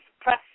press